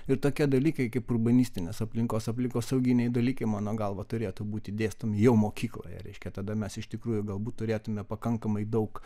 ir tokie dalykai kaip urbanistinės aplinkos aplinkosauginiai dalykai mano galva turėtų būti dėstomi jau mokykloje reiškia tada mes iš tikrųjų galbūt turėtume pakankamai daug